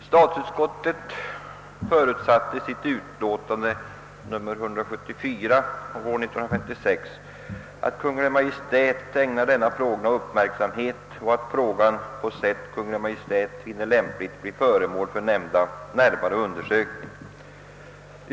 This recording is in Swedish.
Statsutskottet förutsatte i sitt utlåtande nr 174, som utkom under våren samma år, att Kungl. Maj:t skulle ägna denna fråga uppmärksamhet och att frågan, på sätt Kungl. Maj:t funne lämpligt, bleve föremål för närmare undersökning.